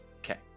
Okay